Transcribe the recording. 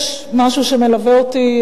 יש משהו שמלווה אותי,